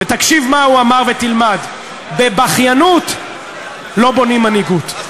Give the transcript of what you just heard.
ותקשיב מה הוא אמר ותלמד: בבכיינות לא בונים מנהיגות.